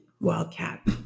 wildcat